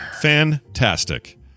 Fantastic